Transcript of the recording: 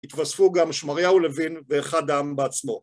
התווספו גם שמריהו לוין ואחד העם בעצמו.